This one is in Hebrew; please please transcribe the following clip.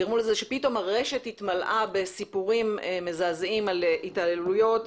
גרמו לכך שכל הרשת התמלאה פתאום בסיפורים מזעזעים על התעללויות,